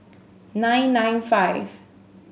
nine nine five